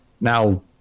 Now